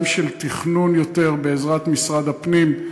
גם של יותר תכנון בעזרת משרד הפנים,